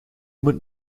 moet